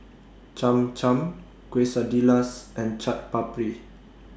Cham Cham Quesadillas and Chaat Papri